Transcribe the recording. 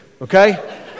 Okay